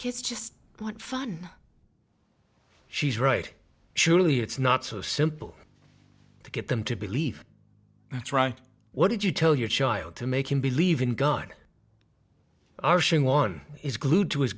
kids just want fun she's right surely it's not so simple to get them to believe that's right what did you tell your child to make him believe in god are showing one is glued to his